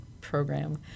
program